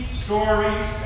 stories